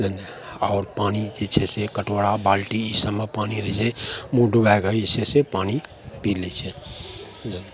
मने आओर पानि जे छै से कटोरा बाल्टी ईसबमे पानि रहै छै मुँह डुबैके जे छै से पानि पी लै छै मने